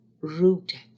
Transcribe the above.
rooted